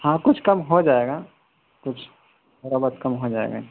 ہاں کچھ کم ہو جائے گا کچھ تھوڑا بہت کم ہو جائے گا